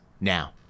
now